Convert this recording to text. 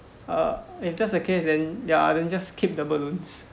uh if that's the case then ya then just keep the balloons